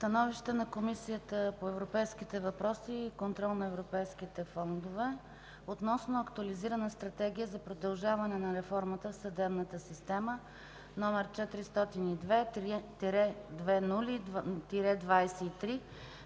„СТАНОВИЩЕ на Комисията по европейските въпроси и контрол на европейските фондове относно Актуализирана стратегия за продължаване на реформата в съдебната система, № 402-00-23,